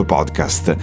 Podcast